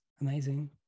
amazing